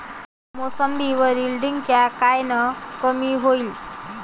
मोसंबीवरील डिक्या कायनं कमी होईल?